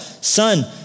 son